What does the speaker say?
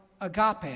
agape